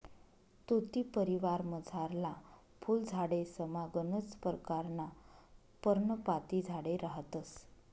तुती परिवारमझारला फुल झाडेसमा गनच परकारना पर्णपाती झाडे रहातंस